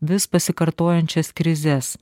vis pasikartojančias krizes